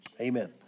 Amen